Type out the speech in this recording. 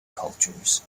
cultures